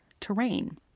terrain